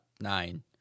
nine